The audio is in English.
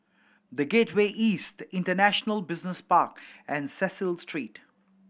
The Gateway East International Business Park and Cecil Street